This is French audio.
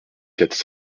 quatre